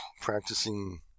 practicing